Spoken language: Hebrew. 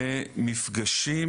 זה משהו אחר.